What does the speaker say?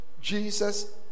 Jesus